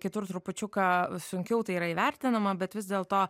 kitur trupučiuką sunkiau tai yra įvertinama bet vis dėlto